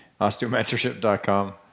Osteomentorship.com